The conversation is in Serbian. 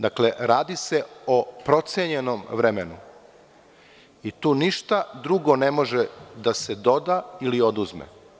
Dakle, radi se o procenjenom vremenu i tu ništa drugo ne može da se doda ili oduzme.